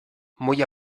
muy